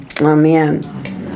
Amen